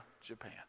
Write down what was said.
Japan